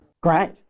Great